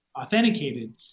authenticated